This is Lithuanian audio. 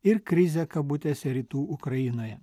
ir krizę kabutėse rytų ukrainoje